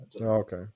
Okay